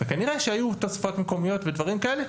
כנראה שהיו כל מיני תוספות מקומיות ודברים כאלה,